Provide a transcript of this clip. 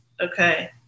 okay